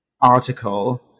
article